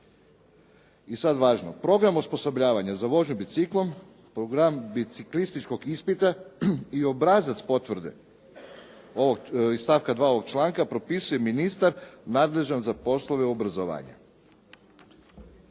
I sad važno, program osposobljavanja za vožnju biciklom, program biciklističkog ispita i obrazac potvrde iz stavka 2. ovog članka propisuje ministar nadležan za poslove obrazovanja.